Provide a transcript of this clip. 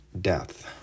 death